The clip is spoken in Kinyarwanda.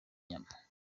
inyama